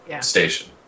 station